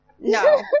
no